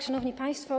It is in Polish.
Szanowni Państwo!